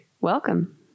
Welcome